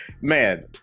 man